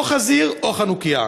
או חזיר או חנוכייה,